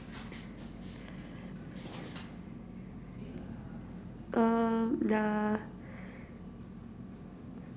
uh nah